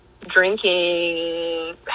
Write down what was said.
drinking